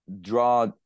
draw